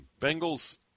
Bengals